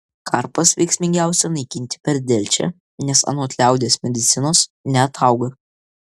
karpas veiksmingiausia naikinti per delčią nes anot liaudies medicinos neatauga